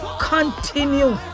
Continue